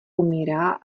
umírá